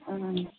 ओं